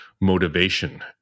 motivation